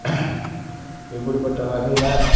இப்படிப்பட்ட வகையில்